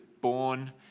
born